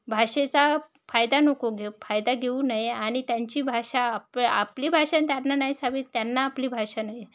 भाषेचा फायदा नको घेऊ फायदा घेऊ नये आणि त्यांची भाषा आप आपली भाषा त्यांना नाही साबीत त्यांना आपली भाषा नाही